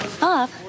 Bob